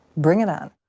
bring it on.